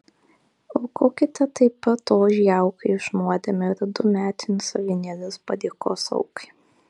aukokite taip pat ožį aukai už nuodėmę ir du metinius avinėlius padėkos aukai